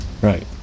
Right